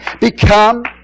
become